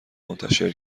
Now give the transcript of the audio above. منتشر